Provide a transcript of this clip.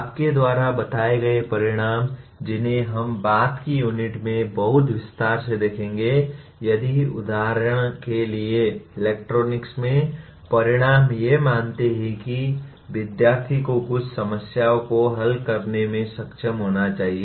आपके द्वारा बताए गए परिणाम जिन्हें हम बाद की यूनिट में बहुत विस्तार से देखेंगे यदि उदाहरण के लिए इलेक्ट्रॉनिक्स में परिणाम ये मानते है कि विद्यार्थी को कुछ समस्याओं को हल करने में सक्षम होना चाहिए